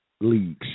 leagues